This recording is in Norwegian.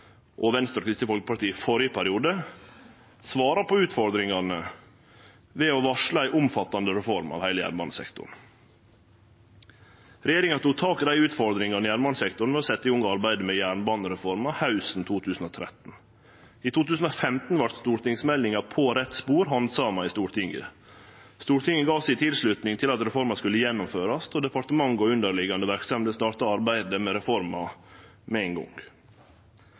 og Venstre og Kristeleg Folkeparti i førre periode svara på utfordringane ved å varsle ei omfattande reform av heile jernbanesektoren. Regjeringa tok tak i utfordringane i jernbanesektoren ved å setje i gang arbeidet med jernbanereforma hausten 2013. I 2015 vart stortingsmeldinga På rett spor handsama i Stortinget. Stortinget gav tilslutning til at reforma skulle gjennomførast, og departementet og underliggjande verksemder starta arbeidet med reforma med ein gong.